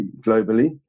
globally